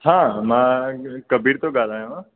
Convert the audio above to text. हा मां कबीर थो ॻाल्हायां